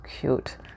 cute